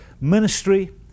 ministry